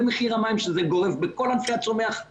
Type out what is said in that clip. אחד, ובמצב הזה הם נכנסו לסיפור הקורונה.